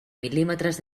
mil·límetres